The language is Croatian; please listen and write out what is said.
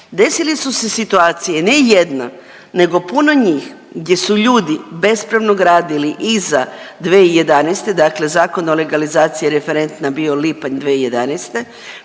Desile su se situacije ne jedna nego puno njih gdje su ljudi bespravno gradili iza 2011., dakle Zakon o legalizaciji je referentna bio lipanj 2011.,